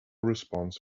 response